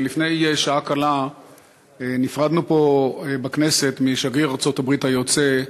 לפני שעה קלה נפרדנו פה בכנסת משגריר ארצות-הברית היוצא,